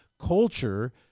culture